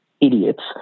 idiots